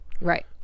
right